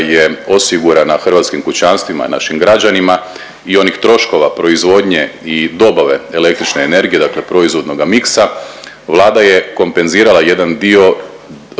je osigurana hrvatskim kućanstvima i našim građanima i onih troškova proizvodnje i dobave električne energije dakle proizvodnoga miksa Vlada je kompenzirala jedan dio